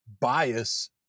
bias